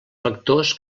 factors